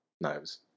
knives